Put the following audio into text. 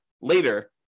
later